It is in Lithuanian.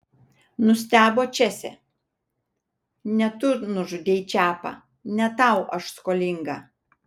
nustebo česė ne tu nužudei čepą ne tau aš skolinga